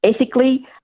ethically